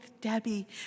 Debbie